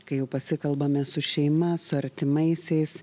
kai jau pasikalbame su šeima su artimaisiais